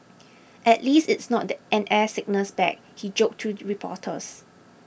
at least it's not an air sickness bag he joked to reporters